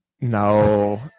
No